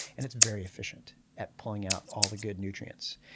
and it's very efficient at pulling out all the good nutrients.